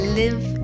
live